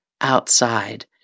outside